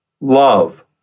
Love